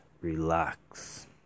relax